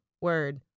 word